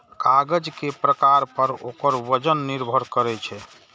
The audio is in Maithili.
कागज के प्रकार पर ओकर वजन निर्भर करै छै